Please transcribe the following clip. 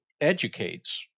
educates